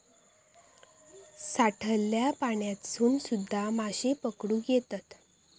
साठलल्या पाण्यातसून सुध्दा माशे पकडुक येतत